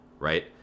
right